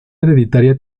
hereditaria